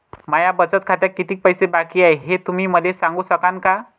माया बचत खात्यात कितीक पैसे बाकी हाय, हे तुम्ही मले सांगू सकानं का?